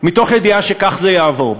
מתוך ידיעה שכך זה יעבור,